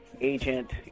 agent